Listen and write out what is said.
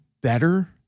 better